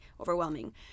overwhelming